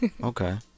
okay